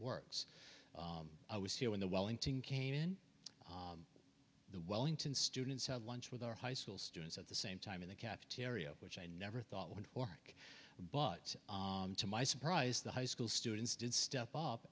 works i was here when the wellington came in the wellington students had lunch with our high school students at the same time in the cafeteria which i never thought would or but to my surprise the high school students did step up